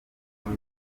moto